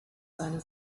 seine